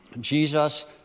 Jesus